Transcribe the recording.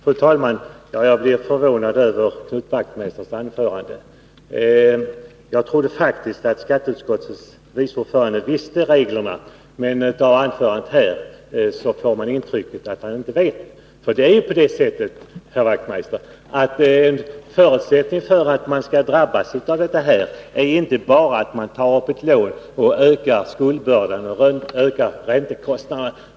Fru talman! Jag blev förvånad när jag lyssnade på Knut Wachtmeisters anförande. Jag trodde faktiskt att skatteutskottets vice ordförande kände till reglerna på detta område. Men av hans anförande här att döma får man ett intryck av att han inte känner till dem. En förutsättning för att man i det här fallet skall drabbas är ju, herr Wachtmeister, inte bara att man tar ett lån och därmed ökar skuldbördan och räntekostnaderna.